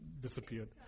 disappeared